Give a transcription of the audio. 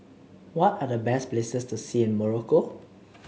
what are the best places to see in Morocco